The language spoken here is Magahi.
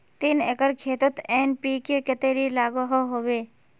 तीन एकर खेतोत एन.पी.के कतेरी लागोहो होबे?